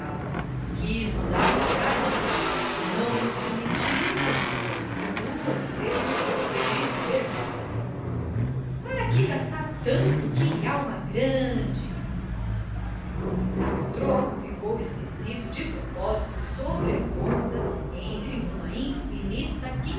chegavam quis mandar buscar mais não lho permitiram objetando que duas e três pessoas podiam beber juntas para que gastar tanto que alma grande o troco ficou esquecido de propósito sobre a cômoda entre uma infinita